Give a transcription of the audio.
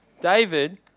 David